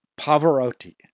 Pavarotti